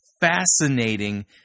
fascinating